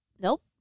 Nope